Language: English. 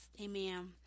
Amen